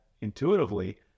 intuitively